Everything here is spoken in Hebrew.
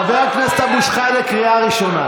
חבר הכנסת אבו שחאדה, קריאה ראשונה.